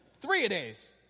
three-a-days